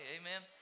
amen